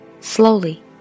Slowly